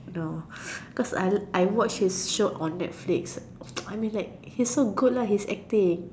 no cause I watch his show on netflix I mean like it's so good lah his acting